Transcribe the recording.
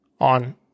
on